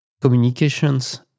communications